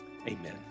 Amen